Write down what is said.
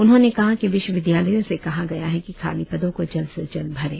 उन्होंने कहा कि विश्वविद्यालयों से कहा गया है कि खाली पदों को जल्द से जल्द भरें